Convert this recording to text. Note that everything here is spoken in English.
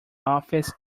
office